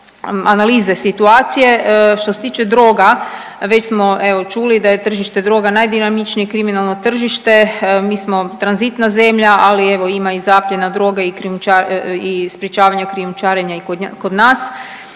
analize situacije, što se tiče droga, već smo evo, čuli, da je tržište droga najdinamičnije kriminalno tržište, mi smo tranzitna zemlja, ali evo, ima i zapljena droge i .../nerazumljivo/... i sprječavanja krijumčarenja i kod nas.